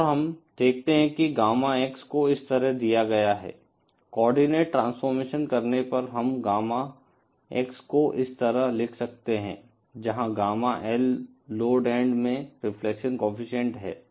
और हम देखते हैं कि गामा एक्स को इस तरह दिया गया है कोआर्डिनेट ट्रांसफॉर्मेशन करने पर हम गामा एक्स को इस तरह लिख सकते हैं जहां गामा L लोड एन्ड में रिफ्लेक्शन कोएफ़िशिएंट है